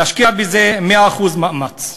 להשקיע בזה 100% מאמץ.